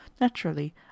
Naturally